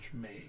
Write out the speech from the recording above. made